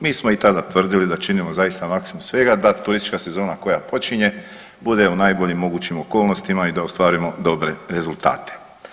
Mi smo i tada tvrdili da činimo zaista maksimum svega da turistička sezona koja počinje bude u najboljim mogućim okolnostima i da ostvarimo dobre rezultate.